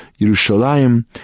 Yerushalayim